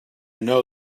know